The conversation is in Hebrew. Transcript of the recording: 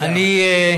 אדוני השר,